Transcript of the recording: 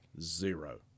Zero